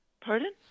Pardon